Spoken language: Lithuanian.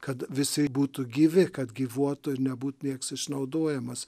kad visi būtų gyvi kad gyvuotų ir nebūtų nieks išnaudojamas